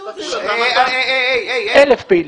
1,000 פעילים.